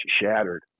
shattered